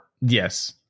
Yes